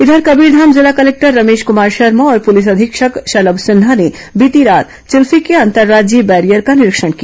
इधर कबीरधाम जिला कलेक्टर रमेश कुमार शर्मा और पुलिस अधीक्षक शलभ सिन्हा ने बीती रात चिल्फी के अंतर्राज्यीय बैरियर का निरीक्षण किया